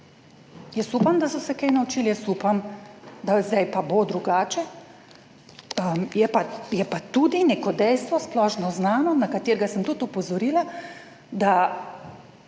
Jaz upam, da so se kaj naučili. Jaz upam, da sedaj pa bo drugače. Je pa je pa tudi neko dejstvo splošno znano, na katerega sem tudi opozorila, da